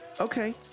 Okay